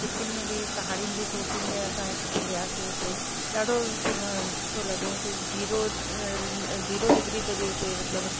सिक्किम में बि पहाड़ीयुनि जी चोटीयुनि में असां वियासीं हुते ॾाढो हुते मस्तु सुठो लॻियो हुते जीरो जीरो डिग्री ते बि हुते मतिलबु